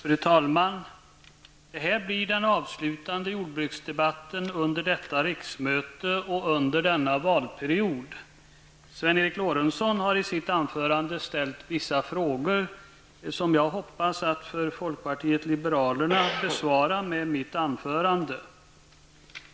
Fru talman! Det här blir den avslutade jordbruksdebatten under detta riksmöte och under denna valperiod. Sven Eric Lorentzon har i sitt anförande ställt vissa frågor, som jag hoppas att jag för folkpartiet liberalernas räkning kan besvara med mitt anförande.